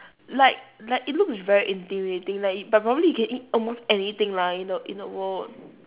like like it looks very intimidating like but probably you can eat almost anything lah in the in the world